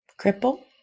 Cripple